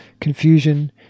confusion